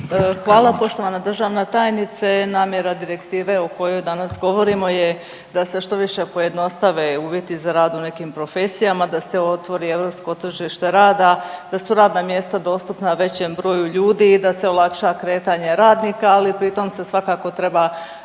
Hvala poštovana državna tajnice. Namjera direktive o kojoj danas govorimo je da se što više pojednostave uvjeti za rad u nekim profesijama, da se otvori europsko tržište rada, da su radna mjesta dostupna većem broju ljudi i da se olakša kretanje radnika, ali pritom se svakako treba